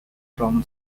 from